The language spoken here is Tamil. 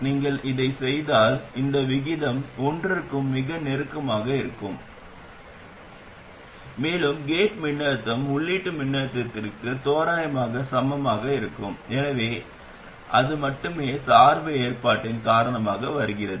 நீங்கள் அதைச் செய்தால் இந்த விகிதம் ஒன்றுக்கு மிக நெருக்கமாக இருக்கும் மேலும் கேட் மின்னழுத்தம் உள்ளீட்டு மின்னழுத்தத்திற்கு தோராயமாக சமமாக இருக்கும் எனவே அது மட்டுமே சார்பு ஏற்பாட்டின் காரணமாக வருகிறது